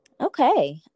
Okay